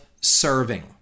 serving